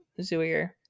zooier